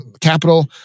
Capital